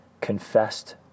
confessed